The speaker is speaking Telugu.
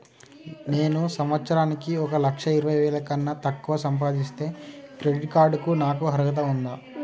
నేను సంవత్సరానికి ఒక లక్ష ఇరవై వేల కన్నా తక్కువ సంపాదిస్తే క్రెడిట్ కార్డ్ కు నాకు అర్హత ఉందా?